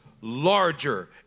larger